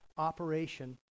operation